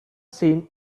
seen